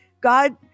God